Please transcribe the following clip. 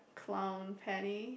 clown Penny